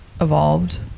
evolved